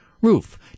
roof